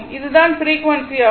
இது தான் ஃப்ரீக்வன்சி ஆகும்